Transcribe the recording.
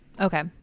Okay